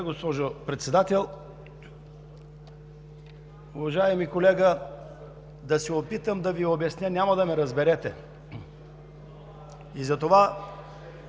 госпожо Председател. Уважаеми колега, да се опитам да Ви обясня – няма да ме разберете, и затова